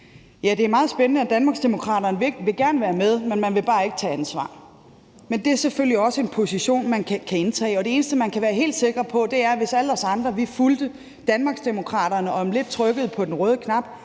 det er meget spændende, at Danmarksdemokraterne gerne være med, men de vil bare ikke tage ansvar. Men det er selvfølgelig også en position, man kan indtage, og det eneste, man kan være sikker på, er, at hvis alle vi andre fulgte Danmarksdemokraterne og lige om lidt trykkede på den røde knap,